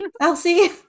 elsie